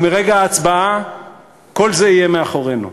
אבל מרגע ההצבעה כל זה יהיה מאחורינו,